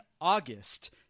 August